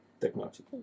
technology